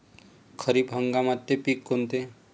खरीप हंगामातले पिकं कोनते?